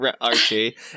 archie